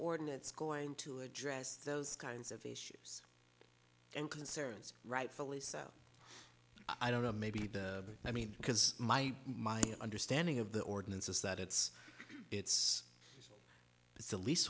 ordinance going to address those kinds of issues and concerns rightfully so i don't know maybe i mean because my understanding of the ordinance is that it's it's it's a lease